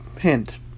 hint